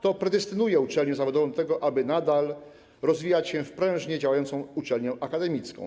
To predestynuje uczelnię zawodową do tego, aby nadal rozwijać się, być prężnie działającą uczelnią akademicką.